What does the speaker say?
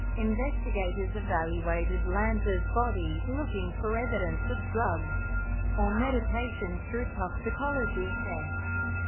investigators evaluated lanza's body, looking for evidence of drugs or medication through toxicology tests.